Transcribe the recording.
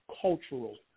cultural